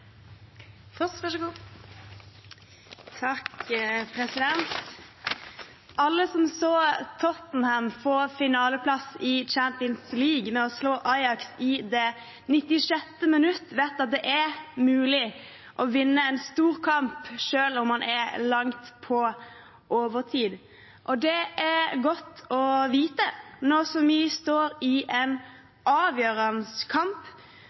Alle som så Tottenham få finaleplass i Champions League ved å slå Ajax i det 96. minutt, vet at det er mulig å vinne en stor kamp selv om man er langt på overtid. Det er godt å vite når så mye står på spill i en avgjørende kamp